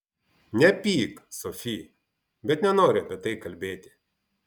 nepyk sofi bet nenoriu apie tai kalbėti